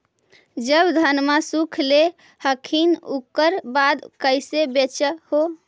जब धनमा सुख ले हखिन उकर बाद कैसे बेच हो?